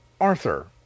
Arthur